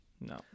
No